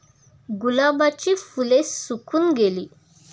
गुलाबाची फुले सुकून गेली